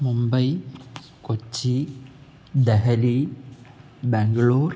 Mumbai Kochi Delhi Bengaluru